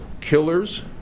killers